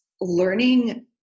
learning